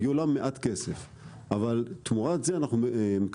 היא עולה מעט כסף אבל תמורת זה אנחנו מקבלים